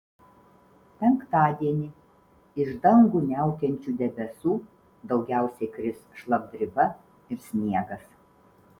penktadienį iš dangų niaukiančių debesų daugiausiai kris šlapdriba ir sniegas